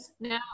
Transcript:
Now